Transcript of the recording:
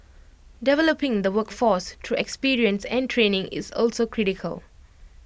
developing the workforce through experience and training is also critical